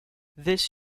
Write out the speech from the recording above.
this